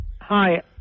Hi